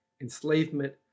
enslavement